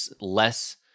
less